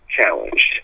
challenged